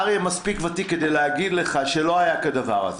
אריה מספיק ותיק כדי להגיד לך שלא היה כדבר הזה.